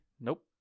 Nope